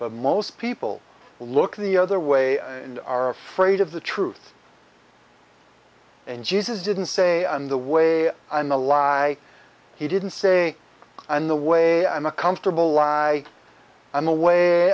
but most people look the other way and are afraid of the truth and jesus didn't say on the way and the lie he didn't say and the way i'm a comfortable lie i'm the way